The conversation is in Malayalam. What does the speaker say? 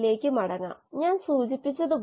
നമ്മൾ ഇത് മനസ്സിൽ സൂക്ഷിക്കേണ്ടതുണ്ട്